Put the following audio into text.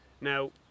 Now